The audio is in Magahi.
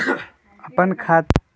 अपन खाता मे केहु आर के जोड़ सके ला?